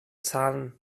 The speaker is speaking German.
zahlen